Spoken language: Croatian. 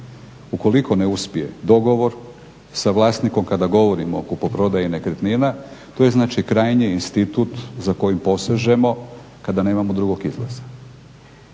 Ukoliko ne uspije dogovor sa vlasnikom, kada govorimo o kupoprodaji nekretnina, to je znači krajnje institut za kojim posežemo kada nemamo drugog izlaza.